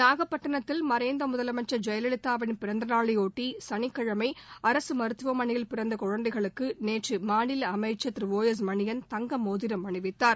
நாகப்பட்டினத்தில் மறைந்து முதலமைச்சன் ஜெயலலிதாவின் பிறந்த நாளையொட்டி சனிக்கிழமை அரசு மருத்துவமனையில் பிறந்த குழந்தைகளுக்கு நேற்று மாநில அமைச்சர் திரு ஓ எஸ் மணியன் தங்க மோதிரம் அணிவித்தார்